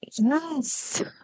yes